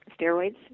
steroids